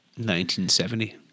1970